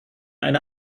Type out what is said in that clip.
eine